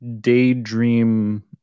daydream